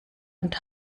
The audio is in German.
und